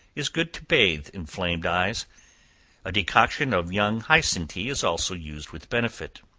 is good to bathe inflamed eyes a decoction of young hyson tea is also used with benefit.